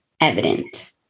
evident